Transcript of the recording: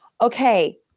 okay